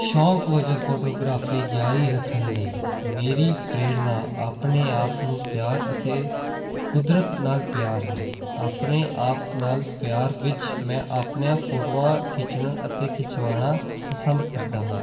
ਸ਼ੌਂਕ ਵਜੋਂ ਫੋਟੋਗ੍ਰਾਫੀ ਜਾਰੀ ਰੱਖਣ ਲਈ ਮੇਰੀ ਪ੍ਰੇਰਨਾ ਆਪਣੇ ਆਪ ਨੂੰ ਪਿਆਰ ਅਤੇ ਕੁਦਰਤ ਨਾਲ ਪਿਆਰ ਹੈ ਆਪਣੇ ਆਪ ਨਾਲ ਪਿਆਰ ਵਿੱਚ ਮੈਂ ਆਪਣੀਆਂ ਫੋਟੋਆਂ ਖਿੱਚਣ ਅਤੇ ਖਿਚਵਾਉਣਾ ਪਸੰਦ ਕਰਦਾ ਹਾਂ